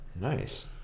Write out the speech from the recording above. nice